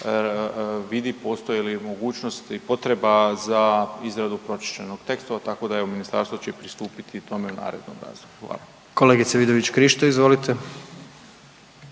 vidi postoji li mogućnost i potreba za izradu pročišćenog teksta, tako da evo ministarstvo će pristupiti tome u narednom razdoblju. **Jandroković, Gordan